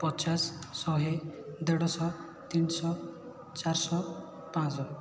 ପଚାଶ ଶହେ ଦେଢ଼ଶହ ତିନିଶହ ଚାରଶହ ପାଞ୍ଚଶହ